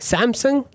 Samsung